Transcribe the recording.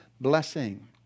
blessing